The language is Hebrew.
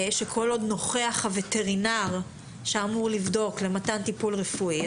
כל עוד נוכח הווטרינר שאמור לבדוק מתן טיפול רפואי,